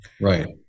Right